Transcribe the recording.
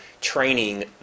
training